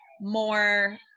more